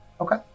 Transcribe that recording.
Okay